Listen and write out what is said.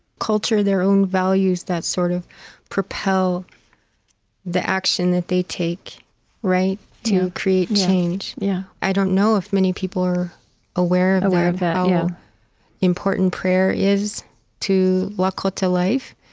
culture, their own values that sort of propel the action that they take to create change. yeah i don't know if many people are aware aware of that, how important prayer is to lakota life.